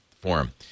forum